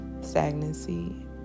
stagnancy